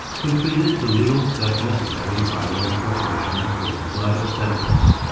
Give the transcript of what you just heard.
completed the legal steps necessary by way of preparation for the flood of settlers.